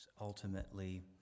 ultimately